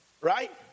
right